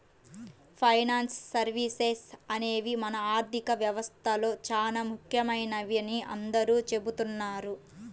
finance services అనేవి మన ఆర్థిక వ్యవస్థలో చానా ముఖ్యమైనవని అందరూ చెబుతున్నారు